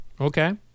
Okay